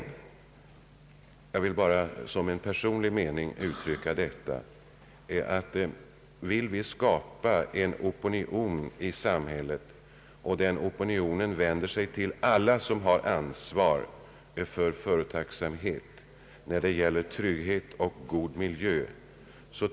Som en personlig me ning vill jag framhålla att om vi vill skapa en opinion i samhället gentemot alla som har ansvar för företagsamhet — det gäller trygghetsfrågor, miljöfrågor etc.